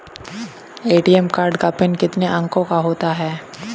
ATM card का PIN कितने अंकों का होता है?